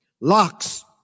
Locks